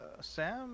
Sam